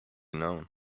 known